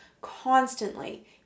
constantly